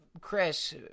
Chris